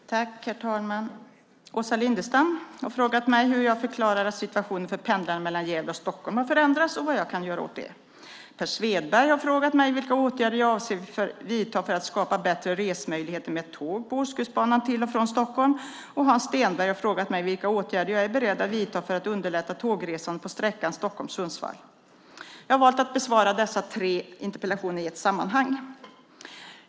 Herr talman! Åsa Lindestam har frågat mig hur jag förklarar att situationen för pendlarna mellan Gävle och Stockholm har förändrats och vad jag kan göra åt det. Per Svedberg har frågat mig vilka åtgärder jag avser att vidta för att skapa bättre resmöjligheter med tåg på Ostkustbanan till och från Stockholm. Hans Stenberg har frågat mig vilka åtgärder jag är beredd att vidta för att underlätta tågresandet på sträckan Stockholm-Sundsvall. Jag har valt att besvara dessa tre interpellationer i ett sammanhang.